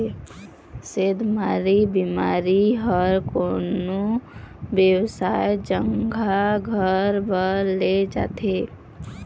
सेधमारी बीमा ह कोनो बेवसाय जघा घर बर ले जाथे